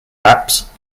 apse